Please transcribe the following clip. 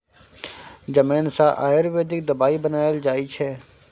जमैन सँ आयुर्वेदिक दबाई बनाएल जाइ छै